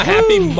Happy